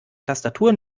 tastatur